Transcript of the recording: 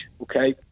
okay